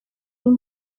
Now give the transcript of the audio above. این